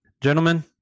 Gentlemen